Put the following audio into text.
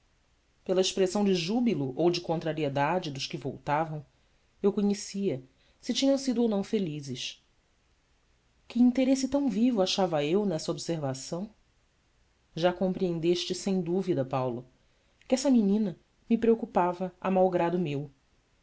pela expressão de júbilo ou de contrariedade dos que voltavam eu conhecia se tinham sido ou não felizes que interesse tão vivo achava eu nessa observação já compreendeste sem dúvida paulo que essa menina me preocupava a malgrado meu